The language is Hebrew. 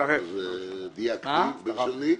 דייקתי בלשוני.